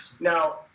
Now